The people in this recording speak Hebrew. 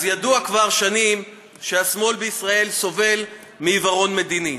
אז ידוע כבר שנים שהשמאל בישראל סובל מעיוורון מדיני.